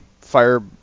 Fire